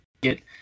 get